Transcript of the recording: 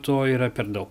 to yra per daug